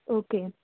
okay